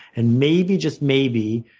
and maybe, just maybe,